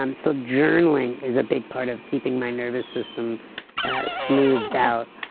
um so journaling is a big part of keeping my nervous system smoothed out.